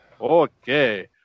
Okay